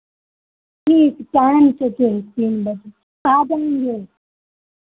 ठीक टाइम से ठीक तीन बजे आ जाएँगे